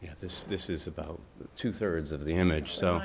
know this this is about two thirds of the image so